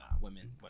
Women